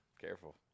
Careful